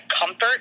comfort